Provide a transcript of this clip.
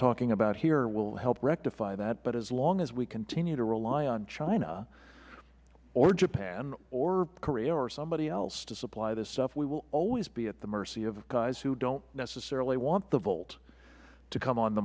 talking about here will help rectify that but as long as we continue to rely on china or on japan or on korea or on somebody else to supply this stuff we will always be at the mercy of guys who do not necessarily want the volt to come on the